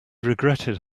regretted